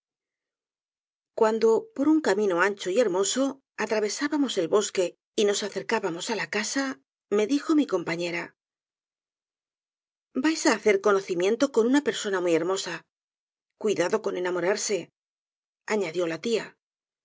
cuando por ub camino ancho y hermoso atravesábamos el bosque y nos acercábamos á la casa me dijo mi compañera vais á hacer conocimiento con una persona muy hermosa cuidado con enamorarse añadióla tia